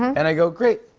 and i go, great.